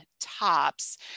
tops